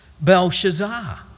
belshazzar